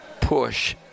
push